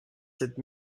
sept